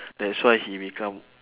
that's why he become